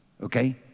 Okay